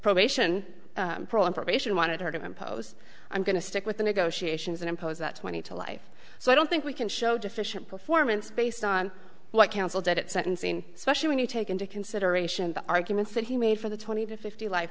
probation parole and probation wanted her to impose i'm going to stick with the negotiations and impose that twenty to life so i don't think we can show deficient performance based on what council did at sentencing especially when you take into consideration the arguments that he made for the twenty to fifty life